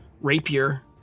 rapier